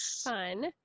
Fun